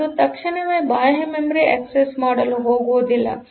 ಅದುತಕ್ಷಣವೇ ಬಾಹ್ಯ ಮೆಮೊರಿಯನ್ನು ಆಕ್ಸೆಸ್ ಮಾಡಲು ಹೋಗುವುದಿಲ್ಲ